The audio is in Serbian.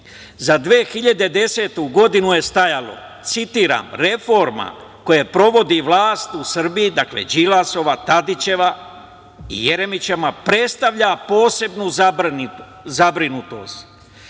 za 2010. godinu je stajalo, citiram: „Reforma koju provodi vlast u Srbiji, dakle Đilasova, Tadićeva i Jeremićeva, predstavlja posebnu zabrinutost.